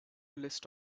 list